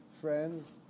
friends